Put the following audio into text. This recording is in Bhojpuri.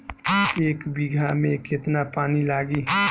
एक बिगहा में केतना पानी लागी?